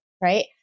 right